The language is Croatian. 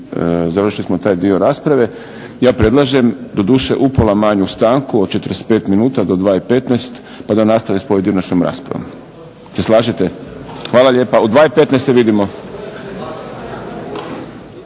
završili smo taj dio rasprave. Ja predlažem doduše upola manju stanku od 45 minuta do 14,15 pa da nastavimo sa pojedinačnom raspravom. Hvala lijepa. U 14,15 se vidimo!